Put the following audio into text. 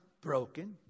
broken